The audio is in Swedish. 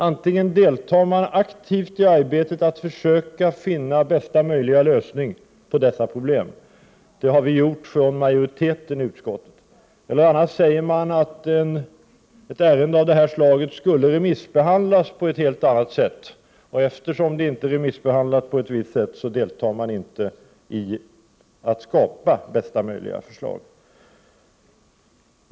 Antingen deltar man aktivt i arbetet att försöka finna bästa möjliga lösning på dessa problem. Det har vi från majoriteten i utskottet gjort, eller också säger man att ett ärende av detta slag skulle remissbehandlas på ett helt annat sätt, och eftersom ärendet inte är remissbehandlat på detta sätt deltar man inte i arbetet med att skapa bästa möjliga lösning.